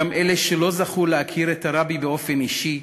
גם אלה שלא זכו להכיר את הרבי באופן אישי,